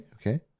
okay